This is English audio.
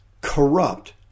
corrupt